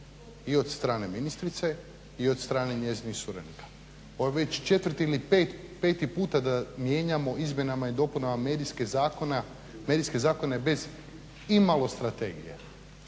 i od strane ministrice i od strane njezinih suradnika. Ovo je već četvrti ili peti puta da mijenjamo izmjenama i dopunama medijske zakone bez imalo strategije,